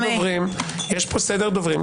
יש פה סדר דוברים.